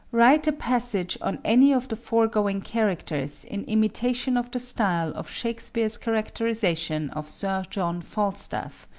write a passage on any of the foregoing characters in imitation of the style of shakespeare's characterization of sir john falstaff,